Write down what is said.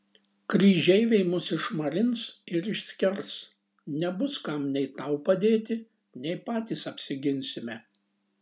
kryžeiviai mus išmarins ir išskers nebus kam nei tau padėti nei patys apsiginsime